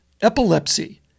epilepsy